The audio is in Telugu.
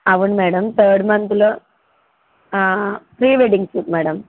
అవును మ్యాడమ్ థర్డ్ మంత్లో ప్రీ వెడ్డింగ్ షూట్ మ్యాడమ్